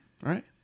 Right